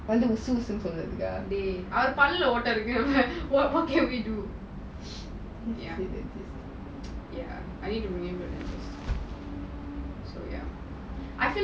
I need to bring him to a dentist